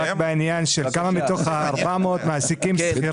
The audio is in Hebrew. רק בעניין של כמה מתוך ה-400 מעסיקים שכירים,